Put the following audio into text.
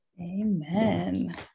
Amen